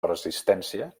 persistència